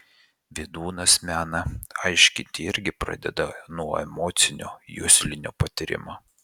vydūnas meną aiškinti irgi pradeda nuo emocinio juslinio patyrimo